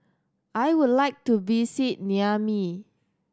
I would like to visit Niamey